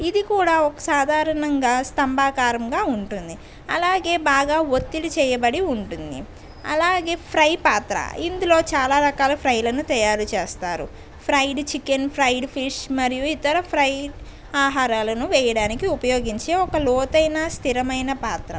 ఇది కూడా ఒక సాధారణంగా స్తంభాకారంగా ఉంటుంది అలాగే బాగా ఒత్తిడి చేయబడి ఉంటుంది అలాగే ఫ్రై పాత్ర ఇందులో చాలా రకాల ఫ్రైలను తయారు చేస్తారు ఫ్రైడ్ చికెన్ ఫ్రైడ్ ఫిష్ మరియు ఇతర ఫ్రై ఆహారాలను వేయడానికి ఉపయోగించే ఒక లోతైనా స్థిరమైన పాత్ర